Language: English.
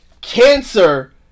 cancer